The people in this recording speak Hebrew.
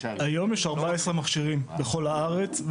היום יש 14 מכשירים בכל הארץ,